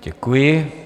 Děkuji.